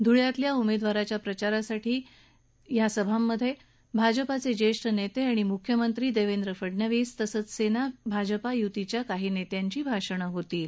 धुळ्यातल्या उमेदवाराच्या प्रचारासाठी होणार असलेल्या सभांमध्ये भाजपाचे जेष्ठ नेते आणि मुख्यमंत्री देवेन्द्र फडणवीस तसंच सेना भाजपा युतीच्या काही नेत्यांची भाषणं होतील